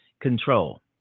control